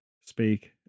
speak